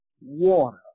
water